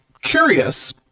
curious